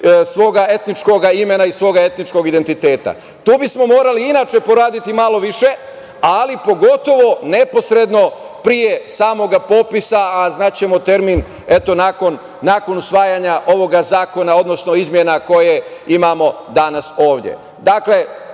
svog etničkog imena i svog etničkog identiteta. Tu bismo morali inače poradi malo više, ali pogotovo neposredno pre samog popisa, a znaćemo termin nakon usvajanja ovog zakona, odnosno izmena koje imamo danas